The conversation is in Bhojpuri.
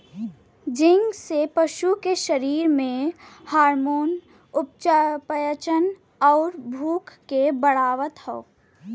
जिंक से पशु के शरीर में हार्मोन, उपापचयन, अउरी भूख के बढ़ावत हवे